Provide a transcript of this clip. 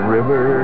River